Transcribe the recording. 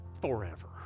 forever